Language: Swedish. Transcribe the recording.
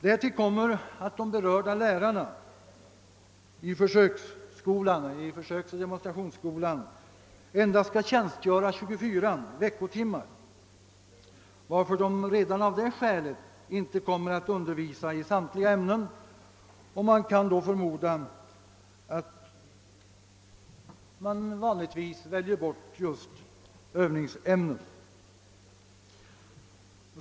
Dessutom skall de berörda lärarna i försöksoch demonstrationsskolan endast tjänstgöra 24 veckotimmar, varför de redan av det skälet inte kommer att undervisa i samtliga ämnen, och man kan då förmoda att de väljer bort just övningsämnena.